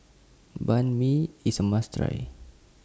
Banh MI IS A must Try